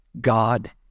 God